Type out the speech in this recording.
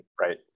right